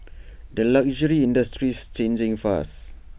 the luxury industry's changing fast